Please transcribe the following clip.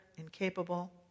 incapable